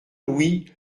louis